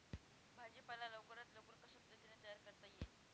भाजी पाला लवकरात लवकर कशा पद्धतीने तयार करता येईल?